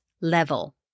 level